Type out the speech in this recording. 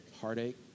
heartache